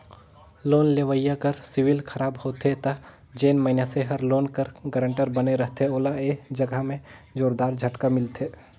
loan लेवइया कर सिविल खराब होथे ता जेन मइनसे हर लोन कर गारंटर बने रहथे ओला ए जगहा में जोरदार झटका मिलथे